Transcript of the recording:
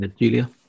Julia